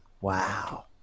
Wow